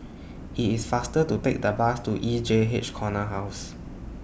IT IS faster to Take The Bus to E J H Corner House